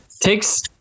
Takes